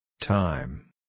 Time